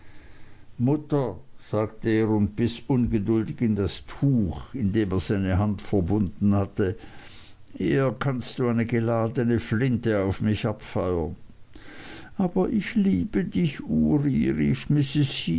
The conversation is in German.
mutter sagte er und biß ungeduldig in das tuch mit dem er seine hand verbunden hatte eher kannst du eine geladene flinte auf mich abfeuern aber ich liebe dich ury